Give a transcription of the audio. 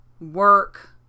work